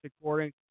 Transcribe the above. according